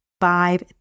five